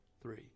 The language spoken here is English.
three